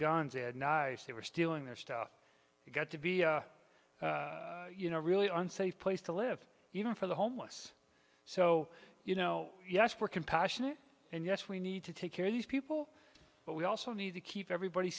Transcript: guns and knives they were stealing their stuff got to be you know really unsafe place to live even for the homeless so you know yes we're compassionate and yes we need to take care of these people but we also need to keep everybody